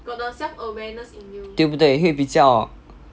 对不对会比较